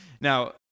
Now